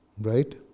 right